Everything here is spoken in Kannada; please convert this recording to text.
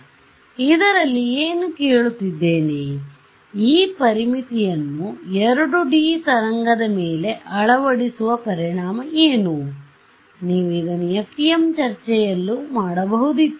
ನಾನು ಇದರಲ್ಲಿ ಏನು ಕೇಳುತ್ತಿದ್ದೇನೆ ಈ ಪರಿಮಿತಿಯನ್ನುಯನ್ನು 2 ಡಿ ತರಂಗದ ಮೇಲೆ ಅಳವಡಿಸುವ ಪರಿಣಾಮ ಏನು ನೀವು ಇದನ್ನು FEM ಚರ್ಚೆಯಲ್ಲಿಯೂ ಮಾಡಬಹುದಿತ್ತು